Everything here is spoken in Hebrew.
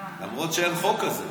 למרות שאין חוק כזה.